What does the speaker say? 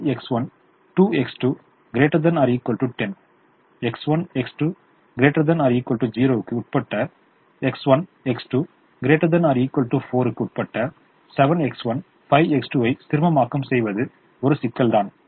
5 X1 2 X2 ≥ 10 X1 X2 ≥ 0 க்கு உட்பட்ட X1 X2 ≥ 4 க்கு உட்பட்ட 7 X1 5 X2 ஐ சிறுமமாக்கம் செய்வது ஒரு சிக்கல் தான்